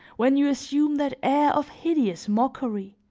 when you assume that air of hideous mockery,